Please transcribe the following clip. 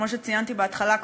כפי שציינתי בהתחלה,